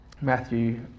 Matthew